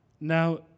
Now